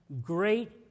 great